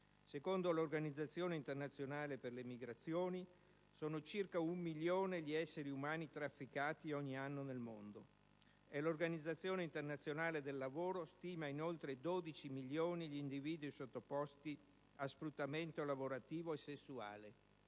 Secondo l'Organizzazione internazionale per le migrazioni, sono circa un milione gli esseri umani oggetti di traffico ogni anno nel mondo, e l'Organizzazione internazionale del lavoro stima in oltre 12 milioni gli individui sottoposti a sfruttamento lavorativo e sessuale: